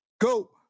go